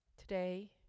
Today